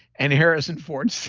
and harrison ford said,